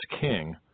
king